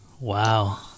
Wow